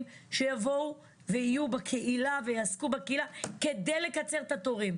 שיבואו ויהיו בקהילה ויעסקו בקהילה כדי לקצר את התורים.